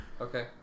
Okay